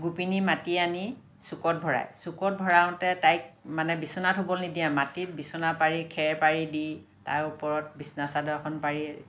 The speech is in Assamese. গোপিনী মাতি আনি চুকত ভৰায় চুকত ভৰাওঁতে তাইক মানে বিচনাত শুবলৈ নিদিয়ে মাটিত বিছনা পাৰি খেৰ পাৰি দি তাৰ ওপৰত বিছনা চাদৰ এখন পাৰি